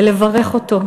ולברך אותו,